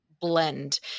blend